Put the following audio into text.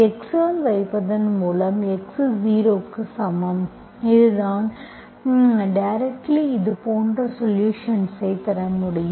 x ஆல் வைப்பதன் மூலம் x 0 க்கு சமம் இதுதான் டிரெக்ட்ல்லி இது போன்ற சொலுஷன்ஸ் ஐப் பெற முடியும்